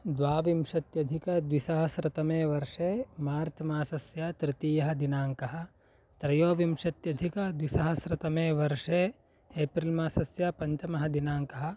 द्वाविंशत्यधिकद्विसहस्रतमे वर्षे मार्च् मासस्य तृतीयः दिनाङ्कः त्रयोविंशत्यधिकद्विसहस्रतमे वर्षे एप्रिल् मासस्य पञ्चमः दिनाङ्कः